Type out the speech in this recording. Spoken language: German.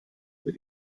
mit